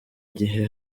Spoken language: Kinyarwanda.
gihe